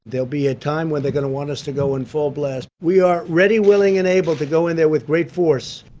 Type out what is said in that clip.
there'll be a time when they're gonna want us to go in full-blast. we are ready, willing, and able to go in there with great force.